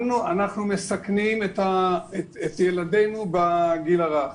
אנחנו מסכנים את ילדינו בגיל הרך.